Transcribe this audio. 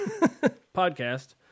Podcast